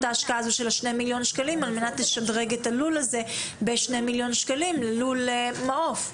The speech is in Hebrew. ההשקעה הזו על מנת לשדרג את הלול הזה ללול מעוף.